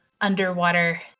underwater